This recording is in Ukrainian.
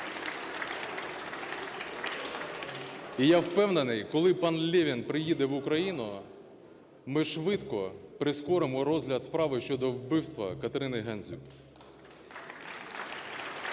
І я впевнений, коли пан Левін приїде в Україну, ми швидко прискоримо розгляд справи щодо вбивства Катерини Гандзюк. Я